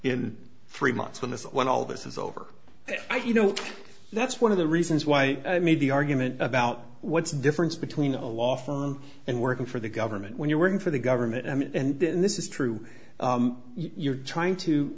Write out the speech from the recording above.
in three months when this when all this is over you know that's one of the reasons why i made the argument about what's difference between a law firm and working for the government when you're working for the government and this is true you're trying to